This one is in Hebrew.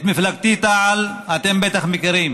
את מפלגתי, תע"ל, אתם בטח מכירים.